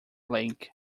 lake